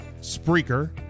Spreaker